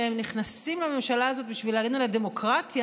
שהם נכנסים לממשלה הזו בשביל להגן על הדמוקרטיה,